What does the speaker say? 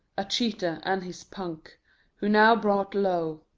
a cheater, and his punk who now brought low,